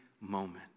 moment